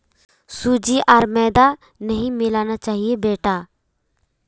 सूजी आर मैदा नई मिलाना चाहिए बेटा